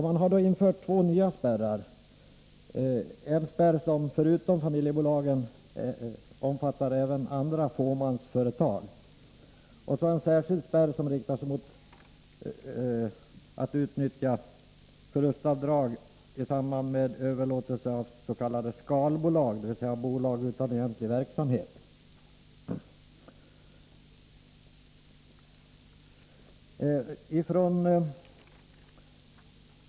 Man har då infört två nya spärrar: en spärr som förutom familjebolagen omfattar även andra fåmansföretag och en särskild spärr som riktas mot att utnyttja förlustavdrag i samband med överlåtelse av s.k. skalbolag, dvs. bolag utan egentlig verksamhet.